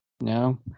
no